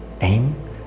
aim